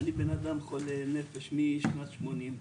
אני בן אדם חולה נפש משנת 80'